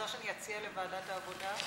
את רוצה שאני אציע: לוועדת העבודה,